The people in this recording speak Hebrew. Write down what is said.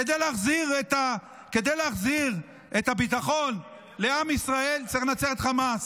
כדי להחזיר את הביטחון לעם ישראל צריך לנצח את חמאס.